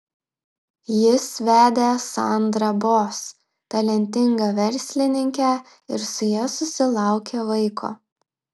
jis vedė sandrą boss talentingą verslininkę ir su ja susilaukė vaiko